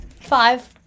five